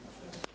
Hvala.